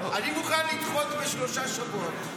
אני מוכן לדחות בשלושה שבועות.